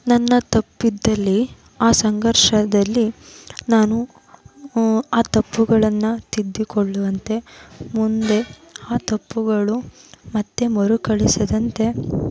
ನನ್ನ ತಪ್ಪಿದ್ದಲ್ಲಿ ಆ ಸಂಘರ್ಷದಲ್ಲಿ ನಾನು ಆ ತಪ್ಪುಗಳನ್ನು ತಿದ್ದಿಕೊಳ್ಳುವಂತೆ ಮುಂದೆ ಆ ತಪ್ಪುಗಳು ಮತ್ತೆ ಮರುಕಳಿಸದಂತೆ